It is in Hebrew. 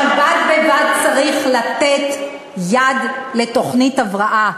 אבל בד בבד צריך לתת יד לתוכנית הבראה.